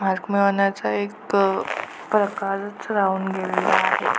mark मिळण्याचा एक प्रकारच राहून गेलेला आहे